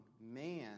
man